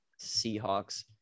Seahawks